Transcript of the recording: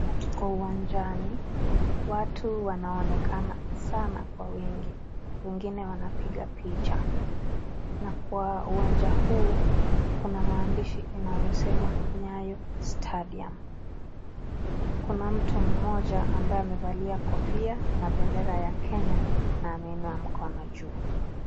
Katika uwanjani watu wanaonekana sana kwa wingi wengine wanapiga picha na kwa uwanja huu kuna maandishi inayosema Nyayo Stadium . Kuna mtu mmoja ambaye amevalia kofia na bendera ya Kenya na ameinua mkono juu.